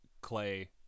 Clay